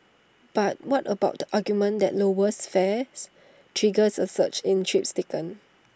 but what about the argument that lowers fares triggers A surge in trips taken